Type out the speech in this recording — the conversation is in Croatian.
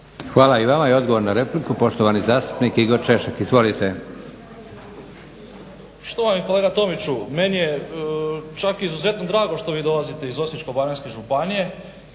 Hvala i vama. I odgovor na repliku poštovani zastupnik Igor češek. Izvolite. **Češek, Igor (HDSSB)** Štovani kolega Tomiću, meni je čak izuzetno drago što vi dolazite iz Osječko-baranjske županije